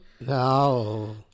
No